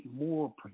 more